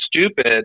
stupid